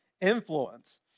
influence